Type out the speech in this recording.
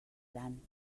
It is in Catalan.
gran